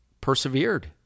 persevered